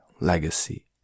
legacy